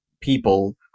people